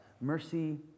mercy